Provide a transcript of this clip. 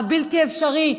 הבלתי אפשרי,